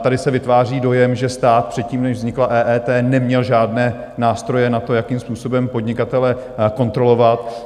Tady se vytváří dojem, že stát před tím, než vznikla EET, neměl žádné nástroje na to, jakým způsobem podnikatele kontrolovat.